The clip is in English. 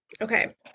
Okay